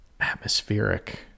atmospheric